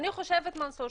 אני חושבת מנסור,